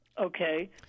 okay